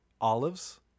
Olives